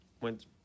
Went